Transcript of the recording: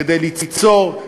כדי ליצור,